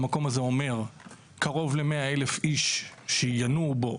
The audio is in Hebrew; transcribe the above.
המקום הזה אומר קרוב ל- 100 אלף איש שינועו בו